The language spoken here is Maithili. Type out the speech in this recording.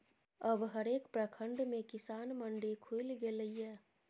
अब हरेक प्रखंड मे किसान मंडी खुलि गेलै ये